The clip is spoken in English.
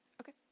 Okay